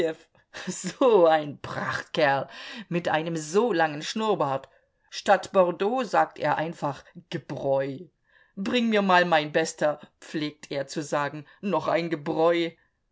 so ein prachtkerl mit einem so langen schnurrbart statt bordeaux sagt er einfach gebräu bring mir mal mein bester pflegt er zu sagen noch ein gebräu